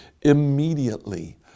Immediately